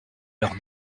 leurs